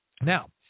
Now